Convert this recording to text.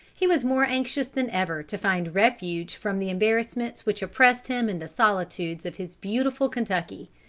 he was more anxious than ever to find refuge from the embarrassments which oppressed him in the solitudes of his beautiful kentucky.